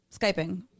Skyping